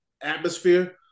atmosphere